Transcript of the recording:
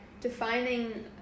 defining